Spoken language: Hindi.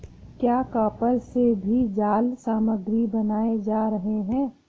क्या कॉपर से भी जाल सामग्री बनाए जा रहे हैं?